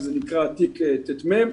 שזה נקרא תיק צ"מ,